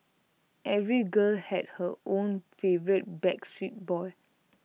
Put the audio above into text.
every girl had her own favourite backstreet Boy